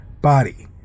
body